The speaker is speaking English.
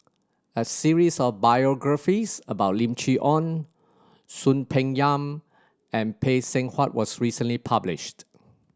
a series of biographies about Lim Chee Onn Soon Peng Yam and Phay Seng Whatt was recently published